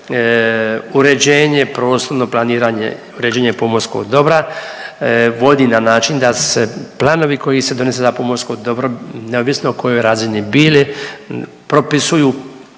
uređenje prostorno planiranje, uređenje pomorskog dobra vodi na način da se planovi koji se donose za pomorsko dobro neovisno na kojoj razini bili propisuju